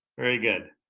very good.